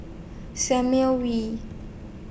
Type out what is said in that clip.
San Mail Wee